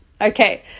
Okay